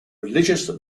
religious